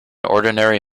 ordinary